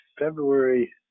February